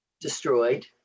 destroyed